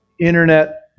internet